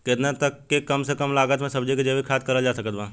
केतना तक के कम से कम लागत मे सब्जी के जैविक खेती करल जा सकत बा?